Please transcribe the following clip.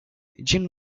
ginn